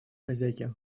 хозяйке